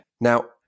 Now